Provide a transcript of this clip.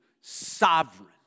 sovereign